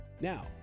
Now